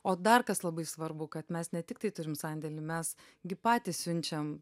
o dar kas labai svarbu kad mes ne tiktai turim sandėlį mes gi patys siunčiam